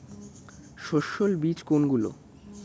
সস্যল বীজ কোনগুলো?